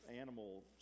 animal